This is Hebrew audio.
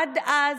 עד אז,